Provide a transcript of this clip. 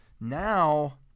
Now